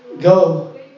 go